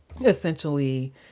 essentially